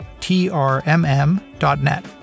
trmm.net